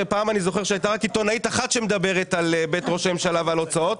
פעם הייתה רק עיתונאית אחת שמדברת על בית ראש הממשלה ועל הוצאות,